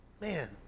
Man